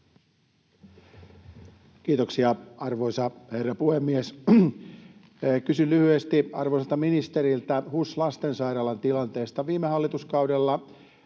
Kiitoksia, arvoisa herra puhemies! Kysyn lyhyesti arvoisalta ministeriltä HUSin Lastensairaalan tilanteesta. Viime hallituskaudella